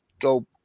Go